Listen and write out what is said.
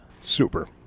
Super